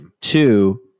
Two